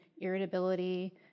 irritability